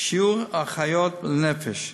שיעור האחיות לנפש,